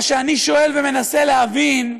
מה שאני שואל ומנסה להבין: